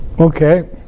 Okay